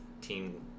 Team